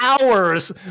hours